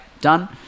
Done